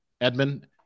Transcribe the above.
Edmund